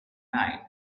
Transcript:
night